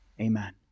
Amen